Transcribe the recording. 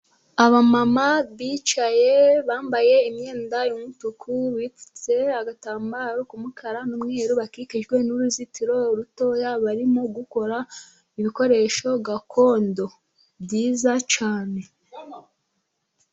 Abamama bicaye bambaye imyenda y'umutuku bipfutse agatambaro k'umukara n'umweru, bakikijwe n'uruzitiro rutoya. Barimo gukora ibikoresho gakondo byiza cyane